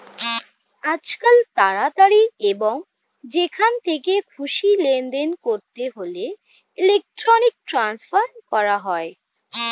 আজকাল তাড়াতাড়ি এবং যেখান থেকে খুশি লেনদেন করতে হলে ইলেক্ট্রনিক ট্রান্সফার করা হয়